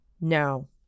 no